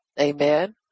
Amen